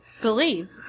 Believe